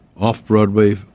off-Broadway